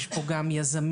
יש פה גם יזמים,